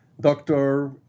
doctor